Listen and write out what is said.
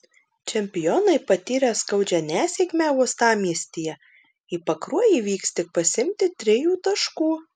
čempionai patyrę skaudžią nesėkmę uostamiestyje į pakruojį vyks tik pasiimti trijų taškų